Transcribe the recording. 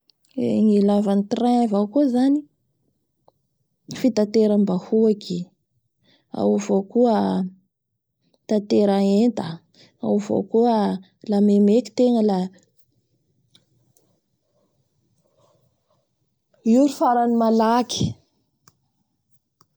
Eee ny ilaiva ny train avao koa zany fitaterambahoaky ao avao koa fitatera enta; ao avao koa la memeky tegna la io ny farany malaky